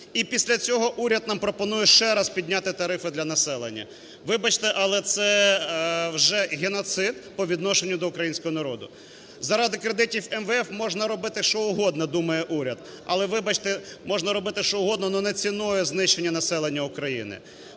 І після цього уряд нам пропонує ще раз підняти тарифи для населення. Вибачте, але це вже геноцид по відношенню до українського народу. За ради кредитів МВФ можна робити що угодно, думає уряд. Але, вибачте, можна робити що угодно, но не ціною знищення населення України.